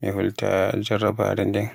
mi hulta jarrabare nden.